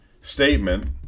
statement